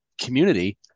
community